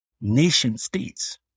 Nation-states